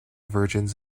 virgins